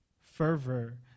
fervor